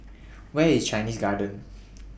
Where IS Chinese Garden